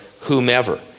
whomever